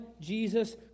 Jesus